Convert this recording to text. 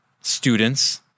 students